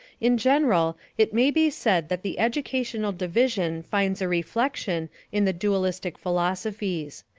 in general, it may be said that the educational division finds a reflection in the dualistic philosophies.